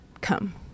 come